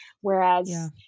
Whereas